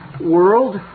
world